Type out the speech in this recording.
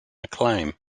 acclaim